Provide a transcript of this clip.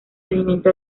alimenta